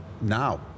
now